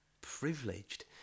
Privileged